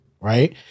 right